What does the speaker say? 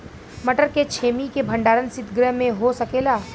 मटर के छेमी के भंडारन सितगृह में हो सकेला?